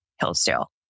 Hillsdale